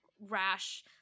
rash